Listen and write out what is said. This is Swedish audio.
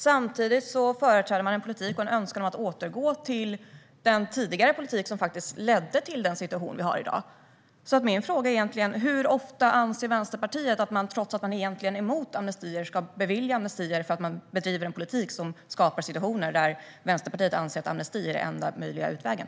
Samtidigt företräder man en önskan om att återgå till den tidigare politik som faktiskt ledde till den situation vi har i dag. Min fråga är därför: Hur ofta anser Vänsterpartiet att man, trots att man egentligen är emot amnestier, ska bevilja amnestier därför att man bedriver en politik som skapar situationer där Vänsterpartiet anser att amnesti är den enda möjliga utvägen?